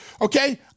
okay